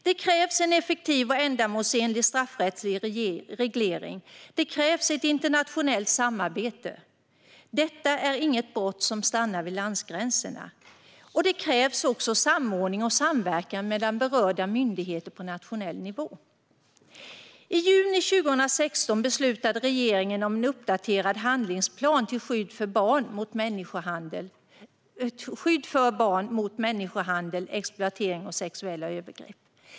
Det krävs en effektiv och ändamålsenlig straffrättslig reglering, och det krävs ett internationellt samarbete. Detta är inget brott som stannar vid landsgränserna, och det krävs också samordning och samverkan mellan berörda myndigheter på nationell nivå. I juni 2016 beslutade regeringen om en uppdaterad handlingsplan till skydd för barn mot människohandel, exploatering och sexuella övergrepp.